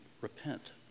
repent